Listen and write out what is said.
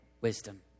wisdom